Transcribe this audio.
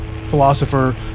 philosopher